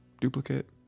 duplicate